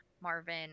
Marvin